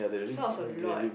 so I was a lot